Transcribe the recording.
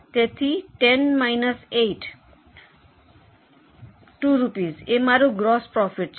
તેથી 10 માઈનસ 8 2 રૂપિયા એ મારુ ગ્રોસ પ્રોફિટ છે